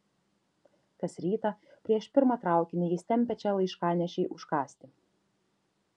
kas rytą prieš pirmą traukinį jis tempia čia laiškanešį užkąsti